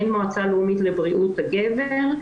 אין מועצה לאומית לבריאות הגבר,